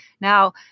Now